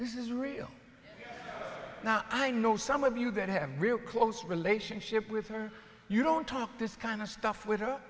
this is real now i know some of you that have real close relationship with her you don't talk this kind of stuff wi